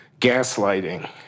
Gaslighting